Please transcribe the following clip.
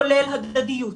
כולל הדדיות,